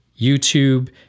YouTube